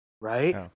right